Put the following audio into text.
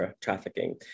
trafficking